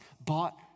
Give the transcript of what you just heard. bought